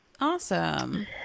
awesome